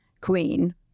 queen